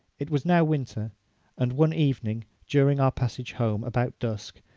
it was now winter and one evening, during our passage home, about dusk,